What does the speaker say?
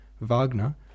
Wagner